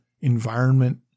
environment